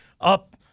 up